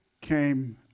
came